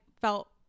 felt